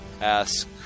ask